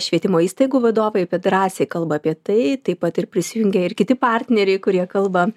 švietimo įstaigų vadovai drąsiai kalba apie tai taip pat ir prisijungia ir kiti partneriai kurie kalba